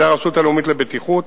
של הרשות הלאומית לבטיחות,